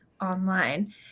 online